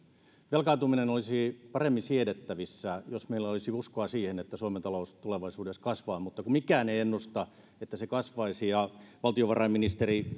velkaantuminen olisi paremmin siedettävissä jos meillä olisi uskoa siihen että suomen talous tulevaisuudessa kasvaa mutta mikään ei ennusta että se kasvaisi ja valtiovarainministeri